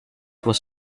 was